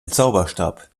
zauberstab